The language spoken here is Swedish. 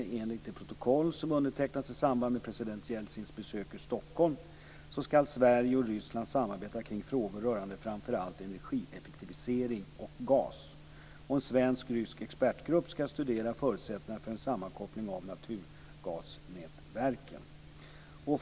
Enligt det protokoll som undertecknades i samband med president Jeltsins besök i Stockholm skall Sverige och Ryssland samarbeta kring frågor rörande framför allt energieffektivisering och gas. En svensk-rysk expertgrupp skall studera förutsättningarna för en sammankoppling av naturgasnätverken.